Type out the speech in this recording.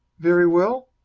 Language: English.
very well.